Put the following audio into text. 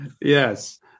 Yes